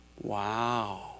Wow